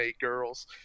girls